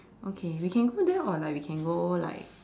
okay we can go there or like we can go like